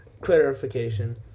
Clarification